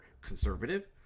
conservative